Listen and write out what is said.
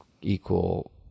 equal